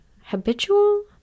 habitual